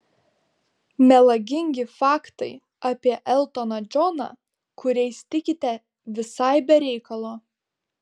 melagingi faktai apie eltoną džoną kuriais tikite visai be reikalo